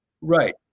Right